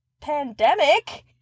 pandemic